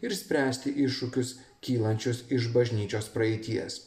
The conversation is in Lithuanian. ir spręsti iššūkius kylančius iš bažnyčios praeities